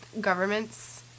governments